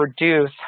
reduce